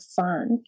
fun